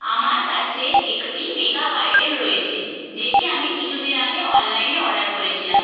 আমার কাছে একটি মেকআপ আইটেম রয়েছে যেটি আমি কিছু দিন আগে অনলাইনে অর্ডার করেছিলাম